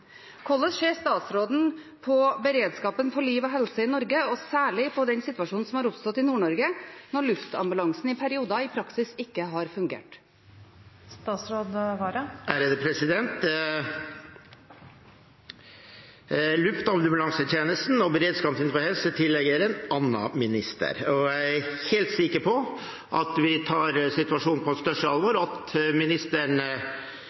Hvordan ser statsråden på beredskapen for liv og helse i Norge, og særlig på den situasjonen som har oppstått i Nord-Norge, når luftambulansen i perioder i praksis ikke har fungert? Luftambulansetjenesten og beredskap innenfor helse tilligger en annen minister. Jeg er helt sikker på at vi tar situasjonen på det største